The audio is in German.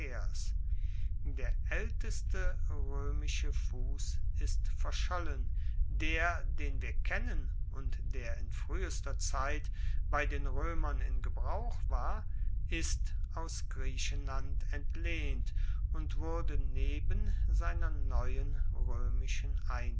der aelteste roemische fuss ist verschollen der den wir kennen und der in fruehester zeit bei den roemern in gebrauch war ist aus griechenland entlehnt und wurde neben seiner neuen roemischen